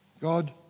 God